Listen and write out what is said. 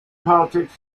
politics